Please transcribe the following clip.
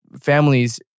families